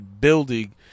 building